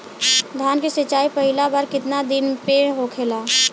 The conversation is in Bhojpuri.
धान के सिचाई पहिला बार कितना दिन पे होखेला?